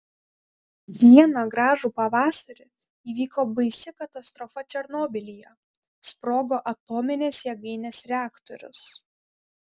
vieną gražų pavasarį įvyko baisi katastrofa černobylyje sprogo atominės jėgainės reaktorius